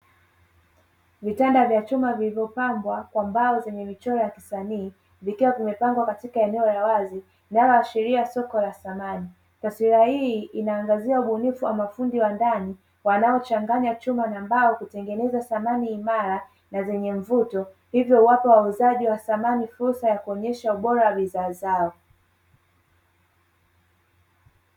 Vitanda vya chuma vilivyopambwa kwa mbao zenye michoro ya kisanii, vikiwa vimepangwa katika eneo la wazi linaloashiria soko la samani. Taswira hii inaangazia ubunifu na mafundi wa ndani, wanaochanganya chuma na mbao kutengeneza samani imara na zenye mvuto, hivyo huwapa wauzaji wa samahani fursa ya kuonyesha ubora bidhaa zao.